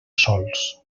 sols